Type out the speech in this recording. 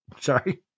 Sorry